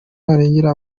arengera